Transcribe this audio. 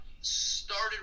started